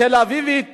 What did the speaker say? תל-אביבית